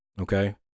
Okay